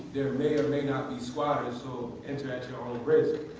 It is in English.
there may or may not be squatters so enter at your own risk.